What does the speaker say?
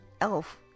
Elf